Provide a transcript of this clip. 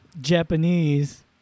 Japanese